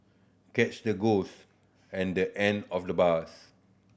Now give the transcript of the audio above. catch the ghost at the end of the bus